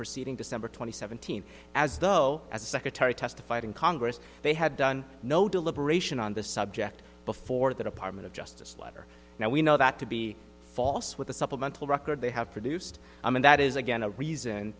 proceeding december twenty seventh as though as secretary testified in congress they had done no deliberation on the subject before the department of justice letter now we know that to be false with the supplemental record they have produced i mean that is again a reason